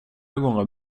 gånger